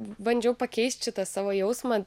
bandžiau pakeist šitą savo jausmą